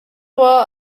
war